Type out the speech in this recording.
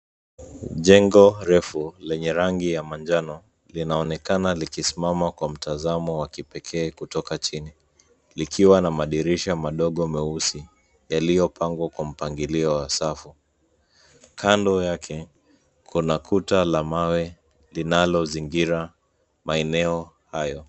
Jengo refu, lenye rangi ya manjano, linaonekana likisimama kwa mtazamo wa kipekee kutoka chini. Likiwa na madirisha madogo meusi, yaliyopangwa kwa mpangilio wa safu. Kando yake, kuna kuta la mawe, linalozingira, maeneo hayo.